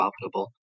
profitable